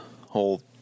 whole